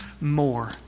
more